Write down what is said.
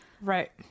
Right